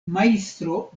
majstro